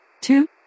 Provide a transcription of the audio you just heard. Two